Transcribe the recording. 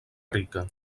rica